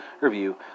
review